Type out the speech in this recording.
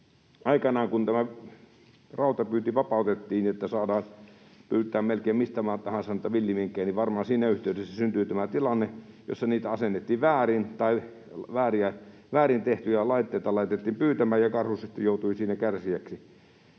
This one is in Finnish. Aikanaan kun tämä rautapyynti vapautettiin, niin että saadaan pyytää melkein mistä tahansa villiminkkejä, varmaan siinä yhteydessä syntyi tämä tilanne, jossa niitä asennettiin väärin tai väärin tehtyjä laitteita laitettiin pyytämään ja karhu sitten joutui siinä kärsijäksi.